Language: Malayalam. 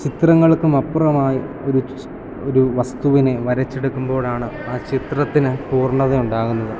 ചിത്രങ്ങൾക്കും അപ്പുറമായി ഒരു ഒരു വസ്തുവിനെ വരച്ചെടുക്കുമ്പോഴാണ് ആ ചിത്രത്തിന് പൂർണതയുണ്ടാകുന്നത്